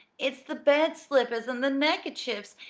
it's the bed-slippers and the neckerchiefs,